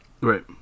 Right